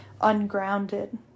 ungrounded